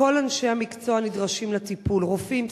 כל אנשי המקצוע הנדרשים לטיפול: רופאים,